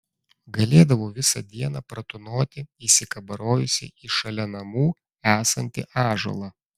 galėdavau visą dieną pratūnoti įsikabarojusi į šalia namų esantį ąžuolą